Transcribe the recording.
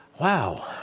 Wow